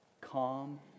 Calm